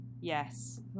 Yes